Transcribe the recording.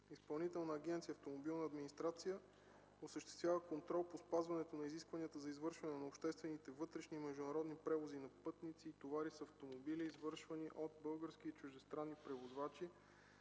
Изпълнителна агенция „Автомобилна администрация” осъществява контрол по спазването на изискванията за извършване на обществените вътрешни и международни превози на пътници и товари с автомобили, извършвани от български и чуждестранни превозвачи,